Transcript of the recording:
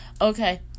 okay